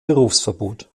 berufsverbot